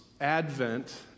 Advent